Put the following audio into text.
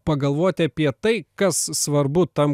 pagalvoti apie tai kas svarbu tam